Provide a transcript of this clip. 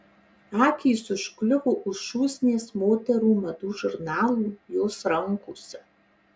akys užkliuvo už šūsnies moterų madų žurnalų jos rankose